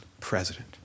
president